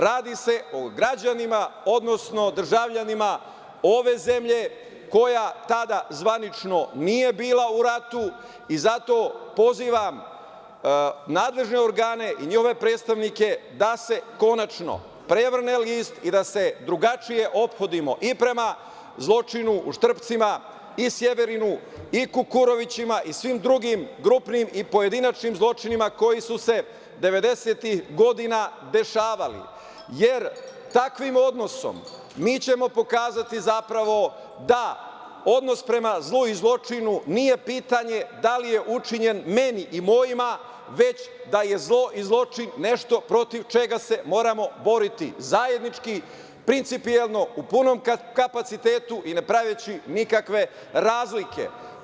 Radi se o građanima, odnosno državljanima ove zemlje koja tada zvanično nije bila u ratu i zato pozivam nadležne organe i njihove predstavnike da se konačno prevrne list i da se drugačije ophodimo i prema zločinu u Štrpcima i Sjeverinu i Kukurovićima i svim drugim grupnim i pojedinačnim zločinima koji su se 90-ih godina dešavali, jer takvim odnosom mi ćemo pokazati zapravo da odnos prema zlu i zločinu nije pitanje da li je učinjen meni i mojima, već da je zlo i zločin nešto protiv čega se moramo boriti zajednički, principijelno, u punom kapacitetu i ne praveći nikakve razlike.